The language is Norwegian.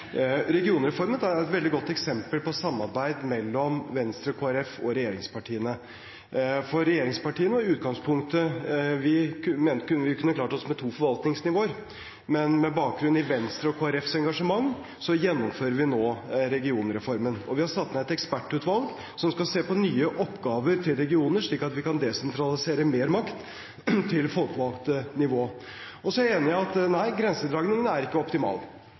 Regionreformen er et veldig godt eksempel på samarbeid mellom Venstre, Kristelig Folkeparti og regjeringspartiene. Regjeringspartiene mente i utgangspunktet at vi kunne klart oss med to forvaltningsnivåer, men med bakgrunn i Venstre og Kristelig Folkepartis engasjement gjennomfører vi nå regionreformen. Vi har satt ned et ekspertutvalg som skal se på nye oppgaver til regionene, slik at vi kan desentralisere mer makt til folkevalgte nivåer. Jeg er enig i at grensedragningen ikke er optimal. Det er kanskje ikke